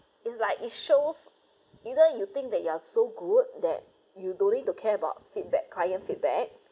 it's like it shows either you think that you are so good that you don't need to care about feedback client feedback